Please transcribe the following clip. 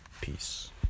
Peace